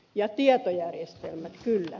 ja tietojärjestelmät kyllä